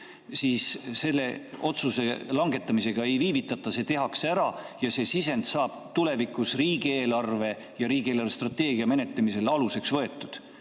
siis selle otsuse langetamisega ei viivitata, see tehakse ära ja see sisend saab tulevikus riigieelarve ja riigi eelarvestrateegia menetlemisel aluseks võetud.